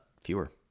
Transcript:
fewer